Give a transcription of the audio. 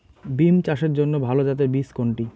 বিম চাষের জন্য ভালো জাতের বীজ কোনটি?